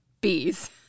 bees